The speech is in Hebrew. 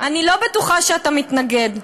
אני לא בטוחה שאתה מתנגד.